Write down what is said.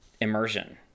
immersion